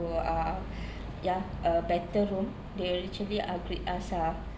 uh ya a better room they actually upgrade us lah